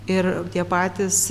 ir tie patys